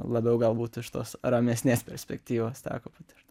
labiau galbūt iš tos ramesnės perspektyvos teko patirt